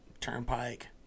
Turnpike